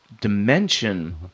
dimension